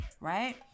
right